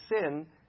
sin